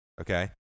Okay